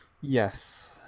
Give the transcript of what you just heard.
Yes